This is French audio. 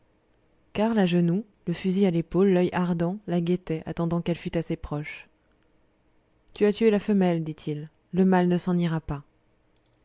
karl à genoux le fusil à l'épaule l'oeil ardent la guettait attendant qu'elle fût assez proche tu as tué la femelle dit-il le mâle ne s'en ira pas